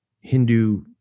Hindu